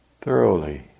thoroughly